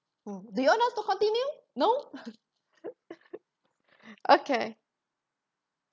oh do you want us to continue no okay